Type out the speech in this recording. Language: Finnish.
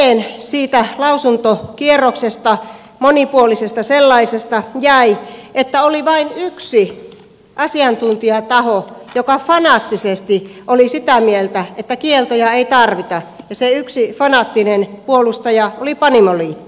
käteen siitä lausuntokierroksesta monipuolisesta sellaisesta jäi että oli vain yksi asiantuntijataho joka fanaattisesti oli sitä mieltä että kieltoja ei tarvita ja se yksi fanaattinen puolustaja oli panimoliitto